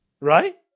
right